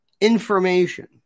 information